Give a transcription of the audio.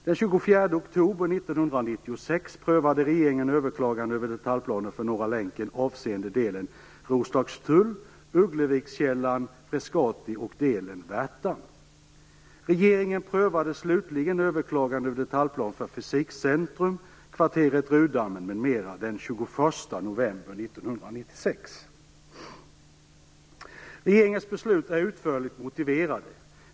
Den 24 oktober 1996 prövade regeringen överklaganden över detaljplaner för Norra länken avseende delen Roslagstull-Ugglevikskällan Regeringens beslut är utförligt motiverade.